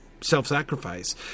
self-sacrifice